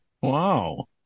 Wow